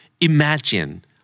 Imagine